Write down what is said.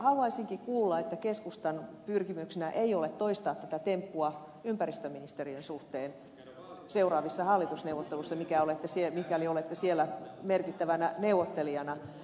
haluaisinkin kuulla että keskustan pyrkimyksenä ei ole toistaa tätä temppua ympäristöministeriön suhteen seuraavissa hallitusneuvotteluissa mikäli olette siellä merkittävänä neuvottelijana